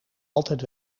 altijd